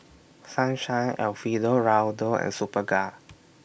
Sunshine Alfio Raldo and Superga